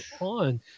on